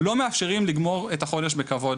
לא מאפשרים לגמור את החודש בכבוד.